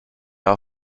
our